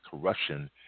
corruption